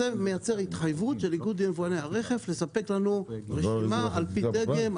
זה מייצר התחייבות של איגוד יבואני הרכב לספק לנו רשימה על פי דגם,